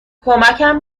کمکم